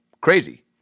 Crazy